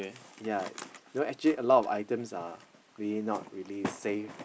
yea know actually a lot of items are really not really safe